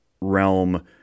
realm